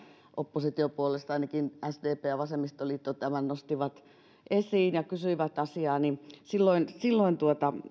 oppositiopuolueista ainakin sdp ja vasemmistoliitto tämän nostivat esiin ja kysyivät asiaa niin silloin